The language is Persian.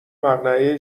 مقنعه